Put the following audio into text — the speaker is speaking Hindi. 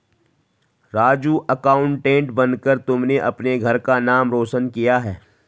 राजू अकाउंटेंट बनकर तुमने अपने घर का नाम रोशन किया है